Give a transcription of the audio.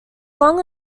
long